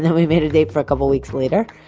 then we made a date for a couple weeks later,